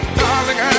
darling